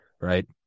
right